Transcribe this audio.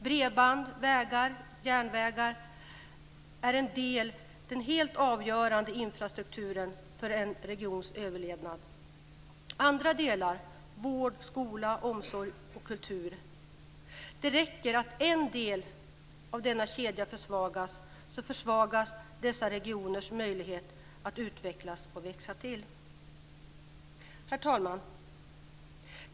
Bredband, vägar och järnvägar är en del av den helt avgörande infrastrukturen för en regions överlevnad. Andra delar är vård, skola, omsorg och kultur. Det räcker att en del av denna kedja försvagas så försvagas dessa regioners möjlighet att utvecklas och växa till. Herr talman!